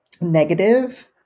negative